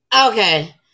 Okay